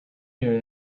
year